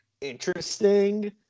interesting